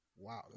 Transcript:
wow